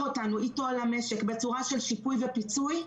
אותנו איתו למשק בצורה של שיפוי ופיצוי,